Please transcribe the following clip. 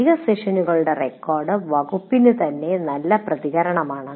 അധിക സെഷനുകളുടെ റെക്കോർഡ് വകുപ്പിന് തന്നെ നല്ല പ്രതികരണമാണ്